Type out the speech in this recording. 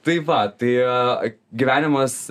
tai va tai gyvenimas